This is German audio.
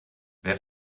wer